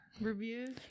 reviews